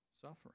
suffering